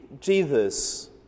Jesus